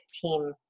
team